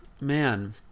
man